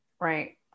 Right